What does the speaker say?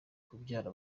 kubyara